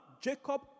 Jacob